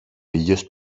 ήλιος